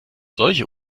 solche